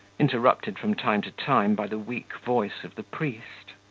interrupted from time to time by the weak voice of the priest.